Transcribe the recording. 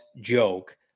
joke